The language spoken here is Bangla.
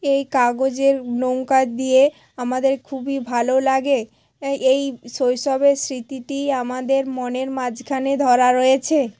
এই কাগজের নৌকা দিয়ে আমাদের খুবই ভালো লাগে এই শৈশবের স্মৃতিটি আমাদের মনের মাঝখানে ধরা রয়েছে